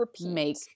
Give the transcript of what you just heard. make